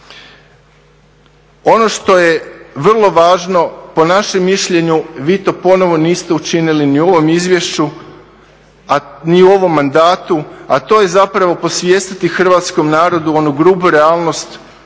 Ono što je vrlo važno po našem mišljenju vi to ponovo niste učinili ni u ovom izvješću, ni u ovom mandatu, a to je zapravo posvjestiti hrvatskom narodu onu grubu realnost